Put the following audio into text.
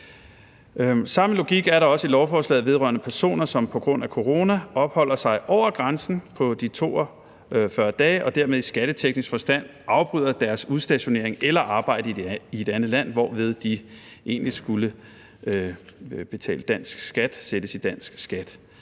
Samme logik er der også i lovforslaget vedrørende personer, som på grund af corona opholder sig over grænsen på de 42 dage og dermed i skatteteknisk forstand afbryder deres udstationering eller arbejde i et andet land, hvorved de egentlig skulle betale dansk skat. Og vi anerkender